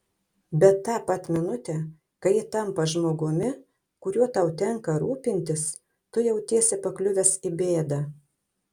bet tą pat minutę kai ji tampa žmogumi kuriuo tau tenka rūpintis tu jautiesi pakliuvęs į bėdą